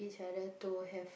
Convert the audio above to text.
each other to have